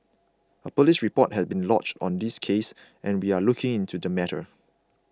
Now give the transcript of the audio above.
a police report has been lodged on this case and we are looking into the matter